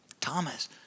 Thomas